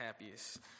happiest